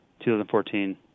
2014